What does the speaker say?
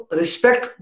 respect